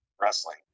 wrestling